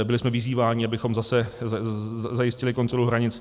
Byli jsme vyzýváni, abychom zase zajistili kontrolu hranic.